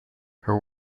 her